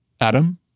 Adam